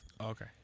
Okay